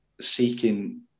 seeking